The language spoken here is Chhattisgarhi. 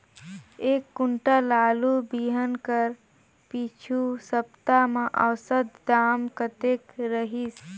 एक कुंटल आलू बिहान कर पिछू सप्ता म औसत दाम कतेक रहिस?